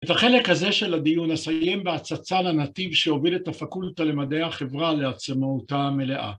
את החלק הזה של הדיון נסיים בהצצה לנתיב שהוביל את הפקולטה למדעי החברה לעצמאותה המלאה.